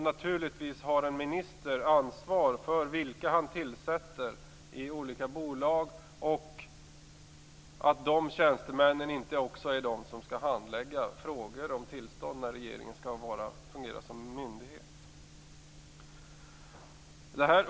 Naturligtvis har en minister ett ansvar för vilka han tillsätter i olika bolag och för att de tjänstemännen inte är de som skall handlägga frågor om tillstånd när regeringen skall fungera som myndighet.